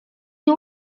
nie